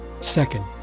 Second